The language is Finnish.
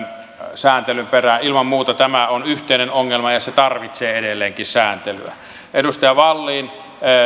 sääntelyn perään ilman muuta tämä on yhteinen ongelma ja se tarvitsee edelleenkin sääntelyä edustaja wallin